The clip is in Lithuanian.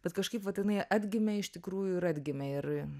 bet kažkaip vat jinai atgimė iš tikrųjų ir atgimė ir